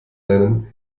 nennen